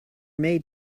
made